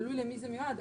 תלוי למי זה מיועד.